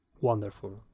wonderful